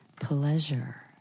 pleasure